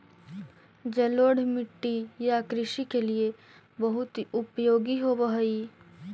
जलोढ़ मिट्टी या कृषि के लिए बहुत उपयोगी होवअ हई